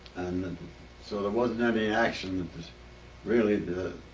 and so there wasn't any action really